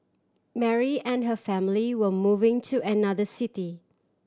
Mary and her family were moving to another city